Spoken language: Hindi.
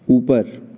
ऊपर